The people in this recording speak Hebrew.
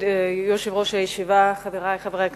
כבוד יושב-ראש הישיבה, חברי חברי הכנסת,